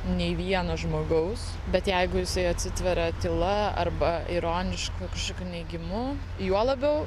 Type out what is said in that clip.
nei vieno žmogaus bet jeigu jisai atsitveria tyla arba ironišku kažkokiu neigimu juo labiau